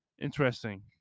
Interesting